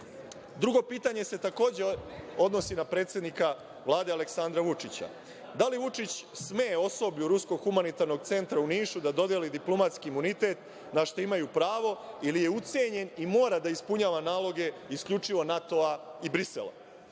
IKL-a? Drugo pitanje se takođe odnosi na predsednika Vlade Aleksandra Vučića. Da li Vučić sme osoblju Ruskog humanitarnog centra u Nišu da dodeli diplomatski imunitet, na šta imaju pravo, ili je ucenjen i mora da ispunjava naloge isključivo NATO-a i Brisela?